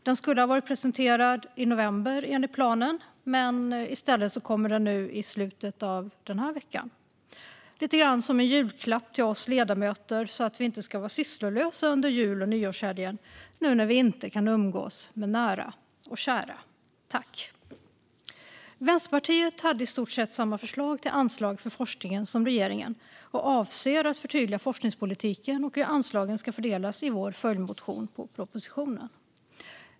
Den skulle enligt planen ha presenterats i november men kommer nu i stället i slutet av den här veckan - lite grann som en julklapp till oss ledamöter så att vi inte ska vara sysslolösa under jul och nyårshelgen, nu när vi inte kan umgås med nära och kära. Tack! Vänsterpartiet hade i stort sett samma förslag till anslag för forskningen som regeringen och avser att förtydliga forskningspolitiken och hur anslagen ska fördelas i vår följdmotion med anledning av propositionen.